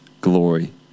glory